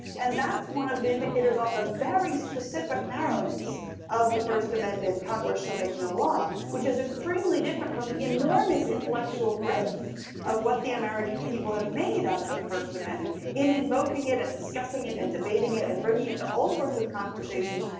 and that's one of the indicators on the very specific narrowness of the first amendment, congress shall make no law, which is extremely different from the enormous intellectual breadth of what the american people have made out of the first amendment in invoking it and discussing it and debating it, and bringing it into all sorts of conversations,